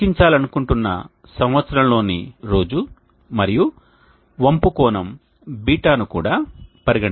లెక్కించాలనుకుంటున్న సంవత్సరంలోని రోజు మరియు వంపు కోణం β ను కూడా పరిగణించాలి